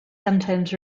sometimes